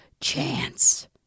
chance